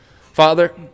Father